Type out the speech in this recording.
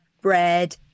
bread